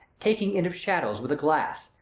taking in of shadows with a glass,